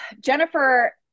Jennifer